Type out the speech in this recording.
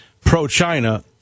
pro-China